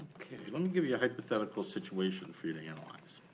okay, let me give you a hypothetical situation for you to analyze.